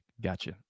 Gotcha